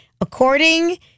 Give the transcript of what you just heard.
according